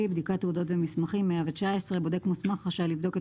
119.בדיקת תעודות ומסמכים בודק מוסמך רשאי לבדוק את